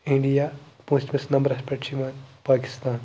India پٲنٛژمِس نمبرَس پٮ۪ٹھ چھِ یِوان پاکِستان